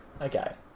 Okay